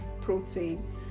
protein